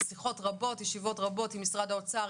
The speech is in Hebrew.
שיחות רבות וישיבות רבות עם משרד האוצר,